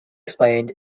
explained